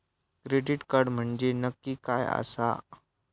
Credit card म्हंजे नक्की काय आसा?